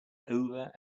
over